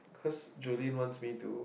cause Julin wants me to